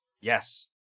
Yes